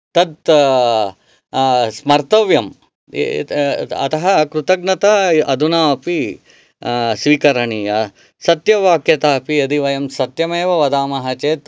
तत् स्मर्तव्यं अतः कृतज्ञता अधुना अपि स्वीकरणीया सत्यवाक्यता अपि यदि वयं सत्यमेव वदामः चेत्